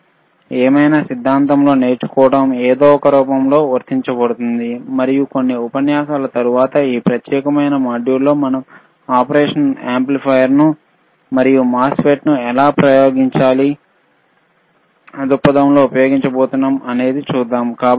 మనం ఏమైనా సిద్ధాంతంలో నేర్చుకోవడం ఏదో ఒక రూపంలో వర్తించబడుతుంది మరియు కొన్నిఉపన్యాసాల తరువాత ఈ ప్రత్యేకమైన మాడ్యూల్ లో మనం ఆపరేషన్ యాంప్లిఫైయర్లను మరియు MOSFET లను ఎలా ప్రయోగ దృక్పథం లో ఉపయోగించబోతున్నాము అనేది చూద్దాం